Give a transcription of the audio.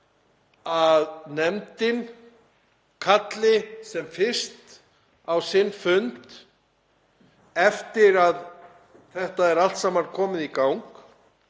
að nefndin kalli aðila sem fyrst á sinn fund, eftir að þetta er allt saman komið í gang,